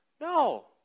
No